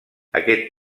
aquest